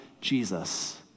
Jesus